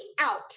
out